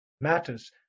matters